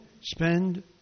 spend